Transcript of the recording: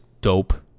dope